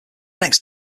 next